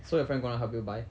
so your friend gonna help you buy